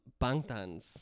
Bangtans